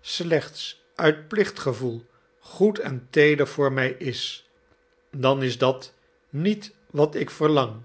slechts uit plichtgevoel goed en teeder voor mij is dan is dat niet wat ik verlang